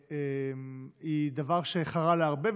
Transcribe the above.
היא דבר שחרה להרבה,